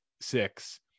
six